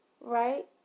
Right